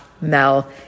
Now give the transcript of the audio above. Mel